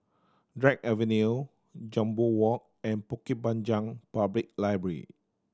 Drake Avenue Jambol Walk and Bukit Panjang Public Library